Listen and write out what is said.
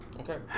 Okay